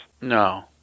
No